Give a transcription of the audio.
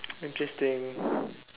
interesting